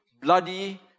bloody